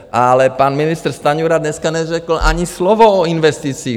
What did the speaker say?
Ale pan ministr Stanjura dneska neřekl ani slovo o investicích.